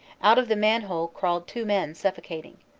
out of the man-hole crawled two men, suffocating.